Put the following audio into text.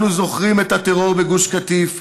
אנחנו זוכרים את הטרור בגוש קטיף,